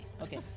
Okay